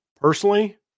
Personally